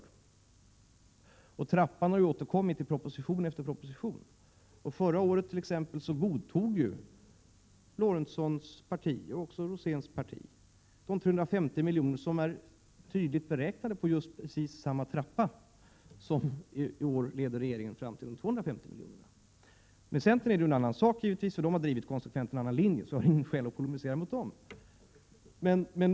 Den aktuella trappan har också återkommit i proposition efter proposition. Förra året godtog t.ex. Sven Eric Lorentzons parti och även Bengt Roséns parti de 350 milj.kr. som har beräknats efter precis samma trappa som i år leder regeringen till att föreslå 250 milj.kr. Med centern är det självfallet en annan sak, eftersom centern konsekvent har drivit en annan linje. Jag har alltså inget skäl att polemisera mot centern.